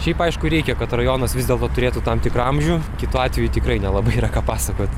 šiaip aišku reikia kad rajonas vis dėlto turėtų tam tikrą amžių kitu atveju tikrai nelabai yra ką pasakot